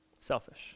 selfish